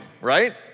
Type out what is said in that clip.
right